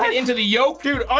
and into the yolk. dude,